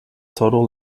total